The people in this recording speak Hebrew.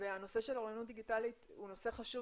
ונושא אוריינות דיגיטלית הוא נושא חשוב